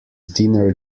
dinner